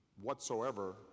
whatsoever